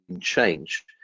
change